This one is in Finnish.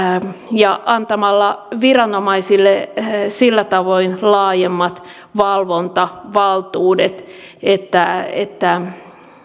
ja antamalla viranomaiselle sillä tavoin laajemmat valvontavaltuudet että että